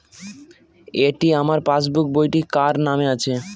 এটি আমার পাসবুক বইটি কার নামে আছে?